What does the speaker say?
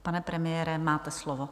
Pane premiére, máte slovo.